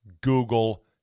Google